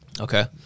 Okay